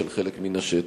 של חלק מהשטח.